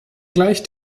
gleicht